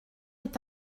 est